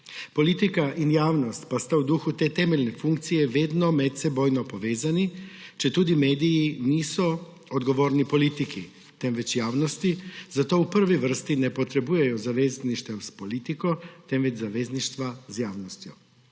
Politika in javnost pa sta v duhu te temeljne funkcije vedno medsebojno povezani, četudi mediji niso odgovorni politiki, temveč javnosti, zato v prvi vrsti ne potrebujejo zavezništev s politiko, temveč zavezništva z javnostjo.